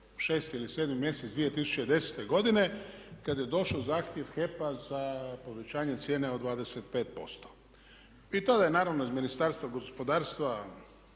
6. ili 7. mjesec 2010. godine kada je došao zahtjev HEP-a za povećanje cijene od 25%. I tada je naravno iz Ministarstva gospodarstva